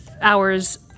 hours